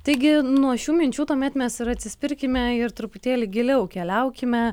taigi nuo šių minčių tuomet mes ir atsispirkime ir truputėlį giliau keliaukime